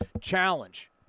challenge